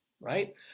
Right